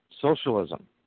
socialism